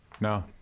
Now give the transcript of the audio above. No